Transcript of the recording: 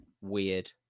weird